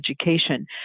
education